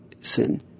sin